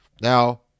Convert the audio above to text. Now